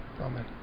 Amen